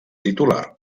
titular